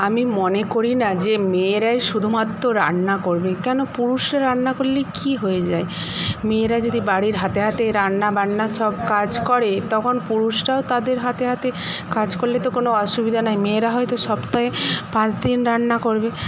আমি মনে করি না যে মেয়েরাই শুধুমাত্র রান্না করবে কেন পুরুষরা রান্না করলে কি হয়ে যায় মেয়েরা যদি বাড়ির হাতে হাতে রান্না বান্না সব কাজ করে তখন পুরুষরাও তাদের হাতে হাতে কাজ করলে তো কোনো অসুবিধা নেই মেয়েরা হয়তো সপ্তাহে পাঁচ দিন রান্না করবে